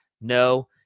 No